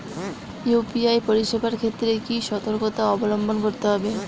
UPI পরিসেবার ক্ষেত্রে কি সতর্কতা অবলম্বন করতে হবে?